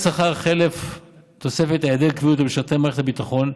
חלף תוספת "היעדר קביעות" למשרתי מערכת הביטחון.